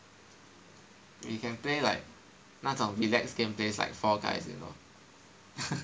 we can play like 那种 relax game plays like Fall Guys you know